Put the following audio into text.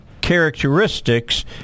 characteristics